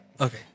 Okay